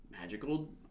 magical